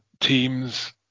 teams